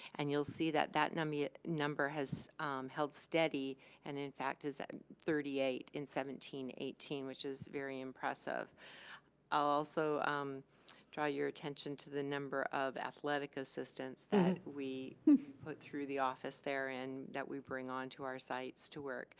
and you'll see that that number that number has held steady and in fact is at thirty eight in seventeen and eighteen, which is very impressive. i'll also draw your attention to the number of athletic assistants that we put through the office there and that we bring onto our sites to work.